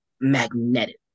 magnetic